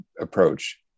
approach